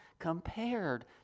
compared